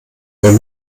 wenn